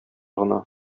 гына